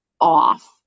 off